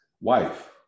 wife